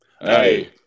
Hey